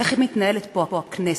איך מתנהלת פה הכנסת.